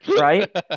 right